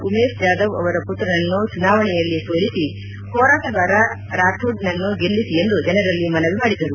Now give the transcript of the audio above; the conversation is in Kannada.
ಉಮೇಶ್ ಜಾಧವ್ ಅವರ ಪುತ್ರನನ್ನು ಚುನಾವಣೆಯಲ್ಲಿ ಸೋಲಿಸಿ ಹೋರಾಟಗಾರ ರಾಕೋಡ್ನನ್ನು ಗೆಲ್ಲಿಸಿ ಎಂದು ಜನರಲ್ಲಿ ಮನವಿ ಮಾಡಿದರು